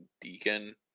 Deacon